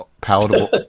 palatable